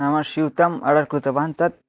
नाम स्यूतम् आर्डर् कृतवान् तत्